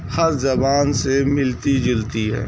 ہر زبان سے ملتی جلتی ہے